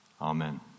Amen